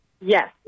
Yes